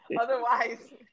otherwise